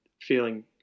feeling